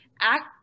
act